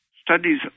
Studies